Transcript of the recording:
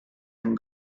and